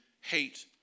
hate